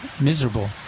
miserable